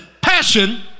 passion